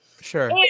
Sure